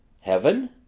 Heaven